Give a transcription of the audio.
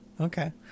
Okay